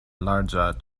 larĝa